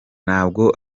ntabwo